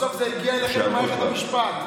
בסוף זה הגיע אליכם במערכת המשפט.